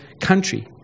country